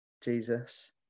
Jesus